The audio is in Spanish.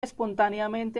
espontáneamente